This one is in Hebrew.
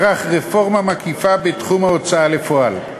ערך רפורמה מקיפה בתחום ההוצאה לפועל.